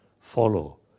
follow